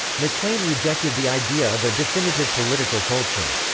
maclean rejected the idea of a definitive political culture.